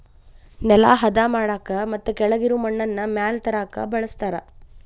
ನೆಲಾ ಹದಾ ಮಾಡಾಕ ಮತ್ತ ಕೆಳಗಿರು ಮಣ್ಣನ್ನ ಮ್ಯಾಲ ತರಾಕ ಬಳಸ್ತಾರ